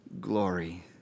glory